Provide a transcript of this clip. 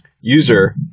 user